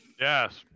Yes